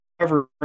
covering